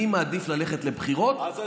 אני מעדיף ללכת לבחירות מאשר,